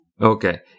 Okay